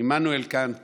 עמנואל קאנט